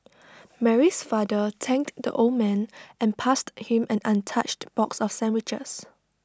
Mary's father thanked the old man and passed him an untouched box of sandwiches